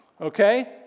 okay